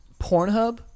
Pornhub